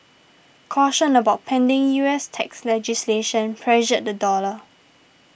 caution about pending U S tax legislation pressured the dollar